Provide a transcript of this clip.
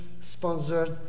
sponsored